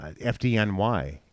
fdny